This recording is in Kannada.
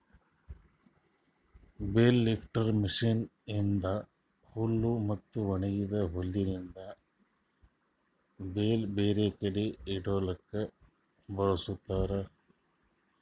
ಬೇಲ್ ಲಿಫ್ಟರ್ ಮಷೀನ್ ಇಂದಾ ಹುಲ್ ಮತ್ತ ಒಣಗಿದ ಹುಲ್ಲಿಂದ್ ಬೇಲ್ ಬೇರೆ ಕಡಿ ಇಡಲುಕ್ ಬಳ್ಸತಾರ್